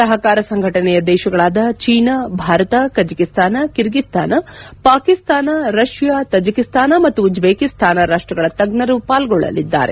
ಸಹಕಾರ ಸಂಘಟನೆಯ ದೇಶಗಳಾದ China Bharat Kazakhstan Kyrgyzstan Pakistan Russia Tajikistan ಮತ್ತು ಉಜ್ಜೇಕಿಸ್ತಾನ ರಾಷ್ಟಗಳ ತಜ್ಜರು ಪಾರ್ಗೊಳ್ಳಲಿದ್ದಾರೆ